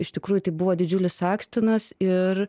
iš tikrųjų tai buvo didžiulis akstinas ir